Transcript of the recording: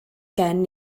gen